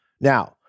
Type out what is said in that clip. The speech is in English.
Now